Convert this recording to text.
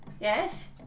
Yes